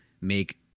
make